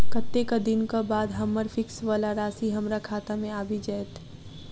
कत्तेक दिनक बाद हम्मर फिक्स वला राशि हमरा खाता मे आबि जैत?